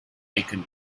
icon